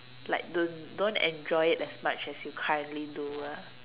like don't don't enjoy it as much as you currently do ah